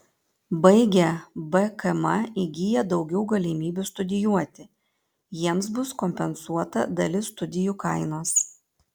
baigę bkm įgyja daugiau galimybių studijuoti jiems bus kompensuota dalis studijų kainos